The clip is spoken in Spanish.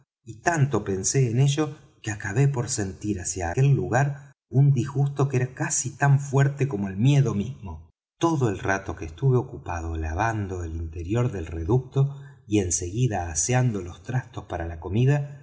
y tanto pensé en ello que acabé por sentir hacia aquel lugar un disgusto que era casi tan fuerte como el miedo mismo todo el rato que estuve ocupado lavando el interior del reducto y en seguida aseando los trastos para la comida